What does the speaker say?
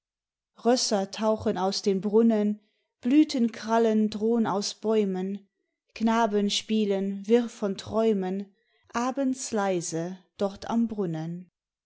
rösser tauchen aus dem brunnen blütenkrallen drohn aus bäumen knaben spielen wirr von träumen abends leise dort am brunnen